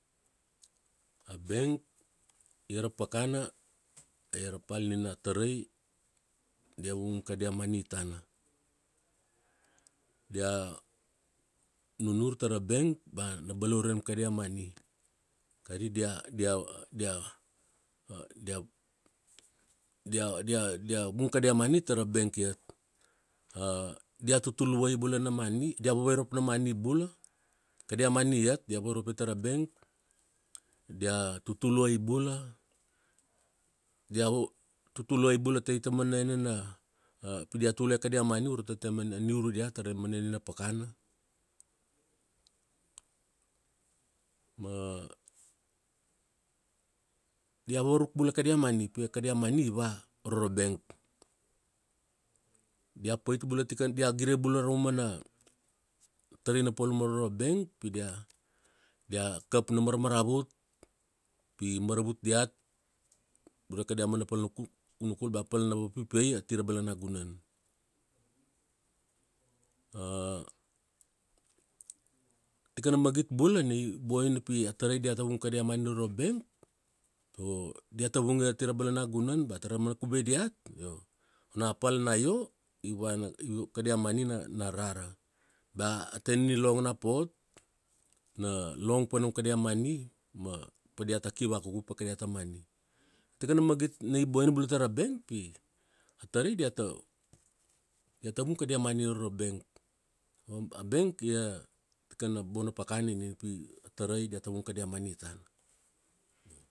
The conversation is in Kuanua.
A bank, ia ra pakana, ia ra pal nina a tarai, dia vung kadia mani tana. Dia, nurnur tara bank ba na balaure nam kadia mani. Ari dia, dia, dia, dia, dia, nam, dia vung kadia mani tara bank iat. dia tutuluai bula na mani. Dia vavairop na mani bula. Kadia mani iat dia vairopia tara bank. Dia tutuluai bula. Dia tutuluai tai ta umana enena pi dia tulue kadia mani uro tai ta uamana niuri diat tai ta umana enena pakana ma dia varuk bula kadia mani, pi kadia mani i va aro ra bank dia gire bula ra tarai na papalum aro ra bank pi dia, dia kap na marmaravut, pi maravut diat ure kadia mana pal na kunukul bea pal na vapipia ati ra balanagunan. Tikana magit bula i boina pi a tarai dia vung kadia mani uro bank, tago diata vungia ati balanagunan ba tara mana kubai diat io, ona pal na io, ivana, kadia mani na rara. Bea tena nilong na pot na long pa nam kadia mani ma pa diata ki vakuku pa kadiata mani. Tikana magit ni bula ni boina tara bank pi, a tarai diata, diata vung kadia mani aro ra bank. A bank ia tikana bona pakana ni pi tarai diata vung kadia mani tana.